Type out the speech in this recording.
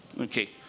Okay